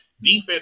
Defense